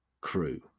crew